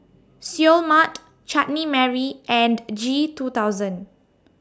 Seoul Mart Chutney Mary and G two thousand